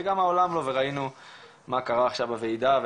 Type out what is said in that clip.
וגם העולם לא וראינו מה קרה עכשיו בוועידה,